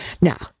Now